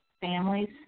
families